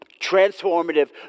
transformative